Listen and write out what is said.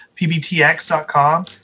pbtx.com